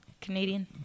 Canadian